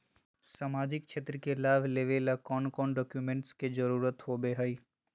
सामाजिक क्षेत्र के लाभ लेबे ला कौन कौन डाक्यूमेंट्स के जरुरत होबो होई?